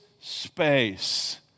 space